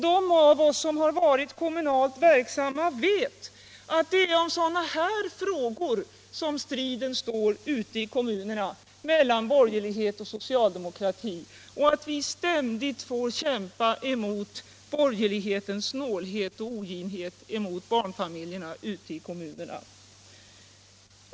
De av oss som har varit kommunalt verksamma vet att det är om sådana här frågor som striden står ute i kommunerna mellan borgerlighet och socialdemokrati och att vi ständigt får kämpa mot borgerlighetens snålhet och oginhet mot barnfamiljerna ute i kommunerna.